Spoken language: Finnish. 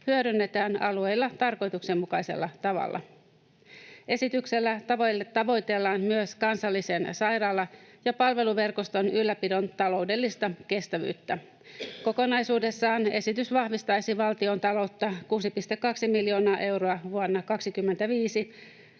hyödynnetään alueilla tarkoituksenmukaisella tavalla. Esityksellä tavoitellaan myös kansallisen sairaala- ja palveluverkoston ylläpidon taloudellista kestävyyttä. Kokonaisuudessaan esitys vahvistaisi valtion taloutta 6,2 miljoonaa euroa vuonna 25